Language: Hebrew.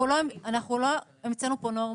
אנחנו לא המצאנו פה נורמות.